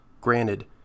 Granted